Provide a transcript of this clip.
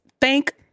Thank